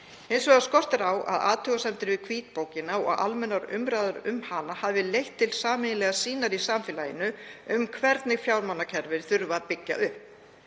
Hins vegar skortir á að athugasemdir við hvítbókina og almennar umræður um hana hafi leitt til sameiginlegrar sýnar í samfélaginu um hvernig fjármálakerfi þurfi að byggja upp.